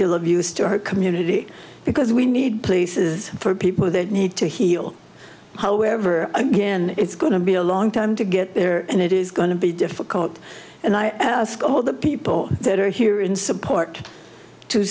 deal of use to our community because we need places for people that need to heal however again it's going to be a long time to get there and it is going to be difficult and i ask all the people that are here in support to